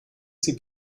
sie